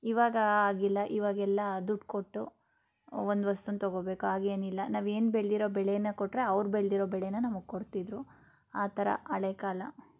ಇವಾಗ ಹಾಗಿಲ್ಲ ಇವಾಗೆಲ್ಲ ದುಡ್ಡು ಕೊಟ್ಟು ಒಂದು ವಸ್ತೂನ ತೊಗೋಬೇಕು ಆಗ ಏನಿಲ್ಲ ನಾವು ಏನು ಬೆಳೆದಿರೋ ಬೆಳೇನ ಕೊಟ್ಟರೆ ಅವ್ರು ಬೆಳೆದಿರೋ ಬೆಳೇನ ನಮಗೆ ಕೊಡ್ತಿದ್ದರು ಆ ಥರ ಹಳೆ ಕಾಲ